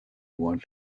want